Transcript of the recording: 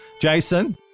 Jason